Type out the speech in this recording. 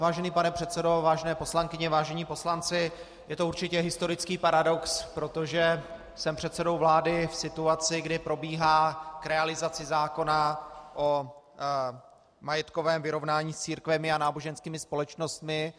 Vážený pane předsedo, vážené paní poslankyně, vážení poslanci, je to určitě historický paradox, protože jsem předsedou vlády v situaci, kdy probíhá realizace zákona o majetkovém vyrovnání s církvemi a náboženskými společnostmi.